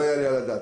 לא יעלה על הדעת.